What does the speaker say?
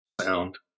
sound